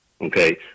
Okay